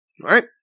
right